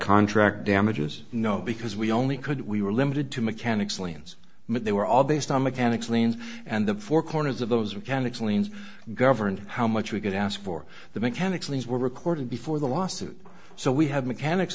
contract damages no because we only could we were limited to mechanics liens but they were all based on mechanics liens and the four corners of those we can explains governed how much we could ask for the mechanics of these were recorded before the lawsuit so we have mechanics